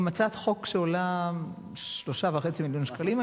זו גם הצעת חוק שעולה 3.5 מיליון שקלים,